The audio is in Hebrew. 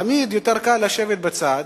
תמיד יותר קל לשבת בצד,